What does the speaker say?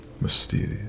mysterious